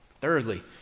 Thirdly